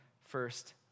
first